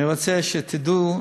אני רוצה שתדעו,